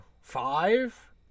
five